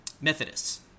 Methodists